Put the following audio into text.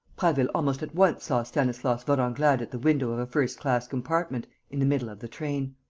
prasville almost at once saw stanislas vorenglade at the window of a first-class compartment, in the middle of the train.